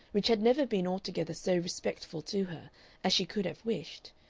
which had never been altogether so respectful to her as she could have wished,